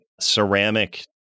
ceramic